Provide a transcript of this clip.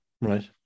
Right